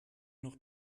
noch